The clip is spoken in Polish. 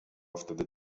wtedy